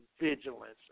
vigilance